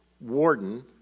warden